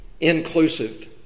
inclusive